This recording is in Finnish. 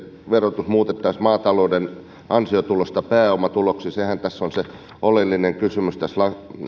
verotus muutettaisiin maatalouden ansiotulosta pääomatuloksi sehän on se oleellinen kysymys tässä